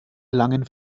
langen